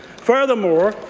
furthermore,